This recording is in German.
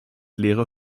leere